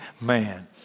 man